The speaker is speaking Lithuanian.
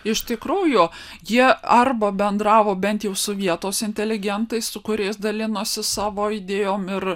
iš tikrųjų jie arba bendravo bent jau su vietos inteligentais su kuriais dalinosi savo idėjom ir